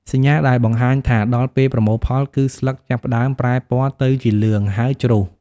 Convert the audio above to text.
សញ្ញាដែលបង្ហាញថាដល់ពេលប្រមូលផលគឺស្លឹកចាប់ផ្តើមប្រែពណ៌ទៅជាលឿង ហើយជ្រុះ។